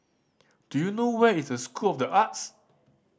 do you know where is the School of The Arts